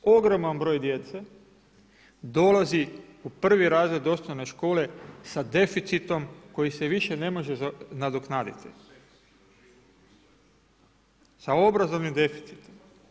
Ogroman broj djece dolazi u 1. razred osnovne škole sa deficitom koji se više ne može nadoknaditi, sa obrazovnim deficitom.